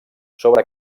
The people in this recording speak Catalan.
sobre